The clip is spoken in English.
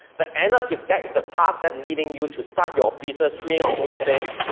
but end up, if that is the path that leading you to start your business doing your own thing,